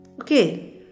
Okay